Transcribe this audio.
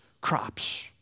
crops